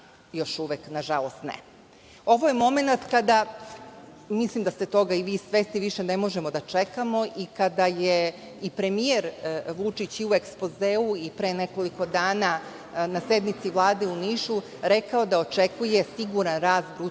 još uvek, na žalost, ne. Ovo je momenat kada, mislim da ste toga i vi svesni, više ne možemo da čekamo i kada je i premijer Vučić u ekspozeu i pre nekoliko dana, na sednici Vlade u Nišu, rekao da očekuje siguran rad